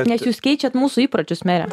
nes jūs keičiat mūsų įpročius mere